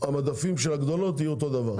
המדפים של הגדולות יהיו אותו דבר,